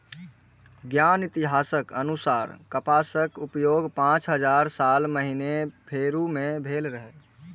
ज्ञात इतिहासक अनुसार कपासक उपयोग पांच हजार साल पहिने पेरु मे भेल रहै